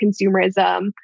consumerism